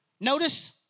Notice